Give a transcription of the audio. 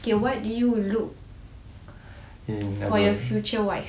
okay what do you look for your future wife